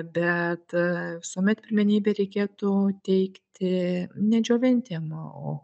bet visuomet pirmenybę reikėtų teikti ne džiovintiem o